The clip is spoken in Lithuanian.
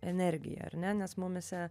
energiją ar ne nes mumyse